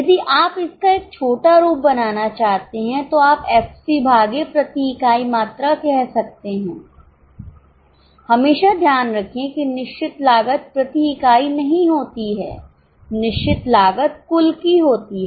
यदि आप इसका एक छोटा रूप बनाना चाहते हैं तो आप एफसी भागे प्रति इकाई मात्रा कह सकते हैं हमेशा ध्यान रखें कि निश्चित लागत प्रति इकाई नहीं होती है निश्चित लागत कुल की होती है